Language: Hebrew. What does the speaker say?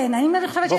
האם אני תומכת בזכות שלך?